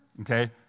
okay